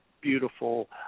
beautiful